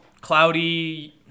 cloudy